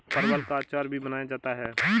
परवल का अचार भी बनाया जाता है